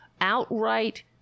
outright